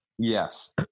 Yes